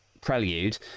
prelude